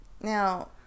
Now